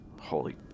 holy